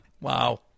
Wow